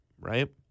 right